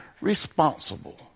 responsible